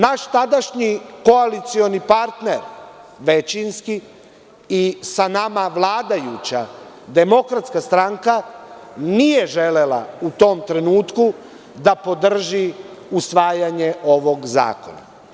Naš tadašnji koalicioni partner, većinski i sa nama vladajuća DS nije želela u tom trenutku da podrži usvajanje ovog zakona.